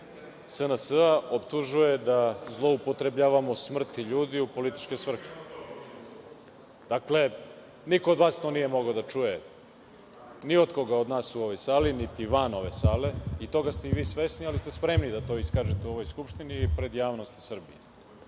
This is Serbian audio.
SNS optužuje da zloupotrebljavamo smrti ljudi u političke svrhe. Dakle, niko od vas to nije mogao da čuje ni od koga od nas u ovoj sali, niti van ove sale i toga ste i vi svesni, ali ste spremni da to iskažete u ovoj Skupštini, pred javnost Srbije.